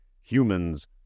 humans